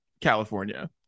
California